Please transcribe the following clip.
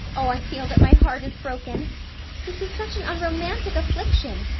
oh, i feel that my heart is broken this is such an unromantic affliction.